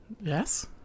Yes